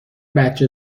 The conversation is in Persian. بچه